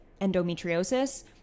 endometriosis